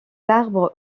arbre